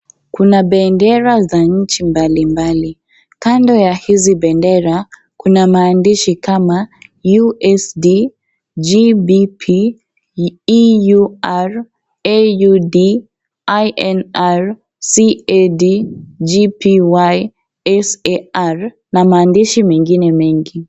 Kunabendera za nchi mbalimbali. Kando ya hizi bendera, kuna maandishi kama USD, GBP, EUR, AUD, INR, CAD, JPY, SAR na maandishi mengine mengi.